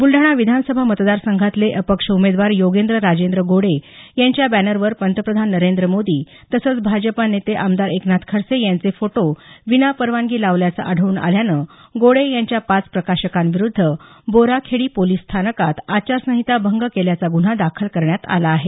ब्लढाणा विधानसभा मतदारसंघातले अपक्ष उमेदवार योगेन्द्र राजेंद्र गोडे यांच्या बॅनरवर पंतप्रधान नरेंद्र मोदी तसंच भाजपा नेते आमदार एकनाथ खडसे यांचे फोटो विनापरवानगी लावल्याचं आढळून आल्यानं गोडे यांच्या पाच प्रकाशकांविरुद्ध बोराखेडी पोलिस स्थानकात आचारसंहिता भंग केल्याचा गुन्हा दाखल करण्यात आला आहे